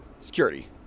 Security